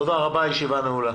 תודה רבה, הישיבה נעולה.